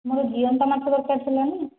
ମୋର ଜିଅନ୍ତା ମାଛ ଦରକାର ଥିଲା ନା